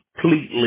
completely